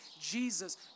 Jesus